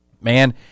Man